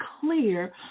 clear